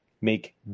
make